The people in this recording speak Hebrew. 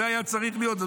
זה היה צריך להיות.